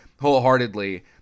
wholeheartedly